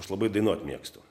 aš labai dainuot mėgstu